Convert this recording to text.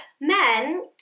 men